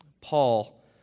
Paul